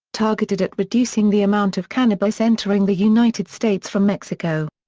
targeted at reducing the amount of cannabis entering the united states from mexico.